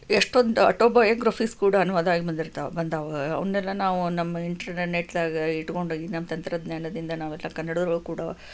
ಎಷ್ಟೊಂದು ಆಟೋಬಯೋಗ್ರಫಿಸ್ ಕೂಡ ಅನುವಾದ ಆಗಿ ಬಂದಿರ್ತಾವೆ ಬಂದವ ಅವನ್ನೆಲ್ಲ ನಾವು ನಮ್ಮ ಇಂಟರ್ನೆಟ್ನಾಗ ಇಟ್ಟುಕೊಂಡು ಈ ನಮ್ಮ ತಂತ್ರಜ್ಞಾನದಿಂದ ನಾವು ಅದನ್ನ ಕನ್ನಡದಲ್ಲೂ ಕೂಡ